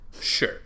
Sure